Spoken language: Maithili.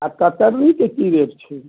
अच्छा सब्जी के की रेट छै